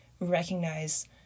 recognize